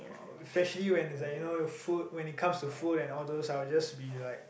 especially when it's like you know your food when it comes food and all those I will just be like